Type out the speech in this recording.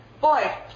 boy